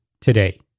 today